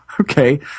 okay